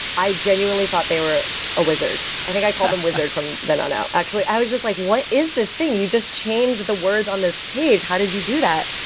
genuinely thought they were a wizard. i think i called them wizard from then on out. actually, i was just like, what is this thing? you just changed the words on this page? how did you do that?